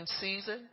season